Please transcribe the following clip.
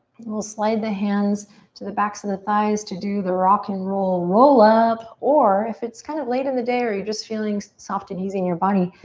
and we'll slide the hands to the backs of the thighs to do the rock and roll roll-up or if it's kind of late in the day or you're just feeling soft and easy in your body,